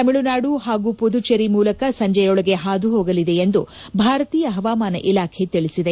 ತಮಿಳುನಾಡು ಹಾಗೂ ಪುದುಚೆರಿ ಮೂಲಕ ಸಂಜೆಯೊಳಗೆ ಹಾದುಹೋಗಲಿದೆ ಎಂದು ಭಾರತೀಯ ಹವಾಮಾನ ಇಲಾಖೆ ತಿಳಿಸಿದೆ